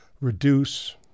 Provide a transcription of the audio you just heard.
reduce